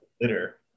litter